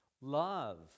love